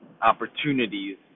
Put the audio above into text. opportunities